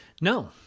No